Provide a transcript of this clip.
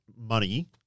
money